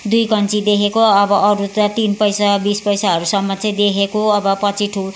दुई कन्ची देखेको अब अरू त तिन पैसा बिस पैसाहरूसम्म चाहिँ देखेको अब पछि ठुलो